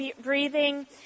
breathing